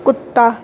ਕੁੱਤਾ